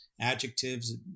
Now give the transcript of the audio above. adjectives